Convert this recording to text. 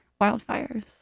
wildfires